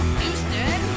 Houston